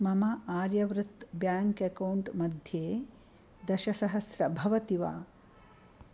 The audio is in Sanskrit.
मम आर्यव्रत् बेङ्क् अक्कौण्ट् मध्ये दशसहस्रं भवति वा